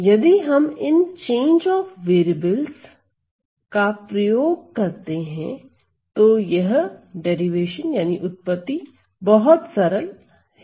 यदि हम इन चेंज ऑफ वेरिएबल का प्रयोग करते हैं तो यह उत्पत्ति बहुत सरल है